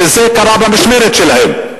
שזה קרה במשמרת שלהם.